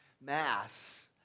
mass